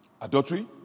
adultery